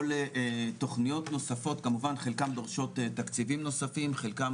תכניות נוספות כמובן חלקן דורשות תקציבים נוספים חלקן